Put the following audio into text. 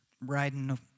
riding